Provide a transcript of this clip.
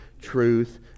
truth